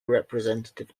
representative